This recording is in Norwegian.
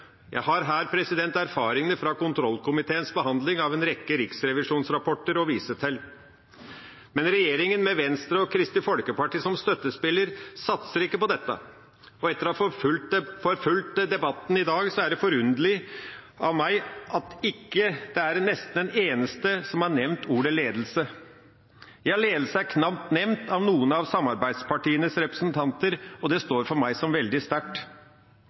Jeg har her erfaringene fra kontrollkomiteens behandling av en rekke riksrevisjonsrapporter å vise til. Men regjeringa, med Venstre og Kristelig Folkeparti som støttespillere, satser ikke på dette. Etter å ha fulgt debatten i dag står det for meg som forunderlig at nesten ikke en eneste en har nevnt ordet «ledelse». Ledelse er knapt nevnt av noen av samarbeidspartienes representanter, og det står for meg som veldig sterkt.